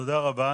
תודה רבה.